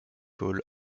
hall